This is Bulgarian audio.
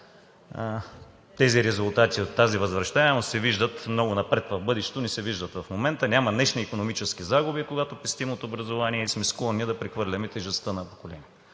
тези резултати от тази възвръщаемост се виждат много напред в бъдещето, не се виждат в момента. Няма днешни икономически загуби, когато пестим от образование и сме склонни да прехвърляме тежестта на поколенията.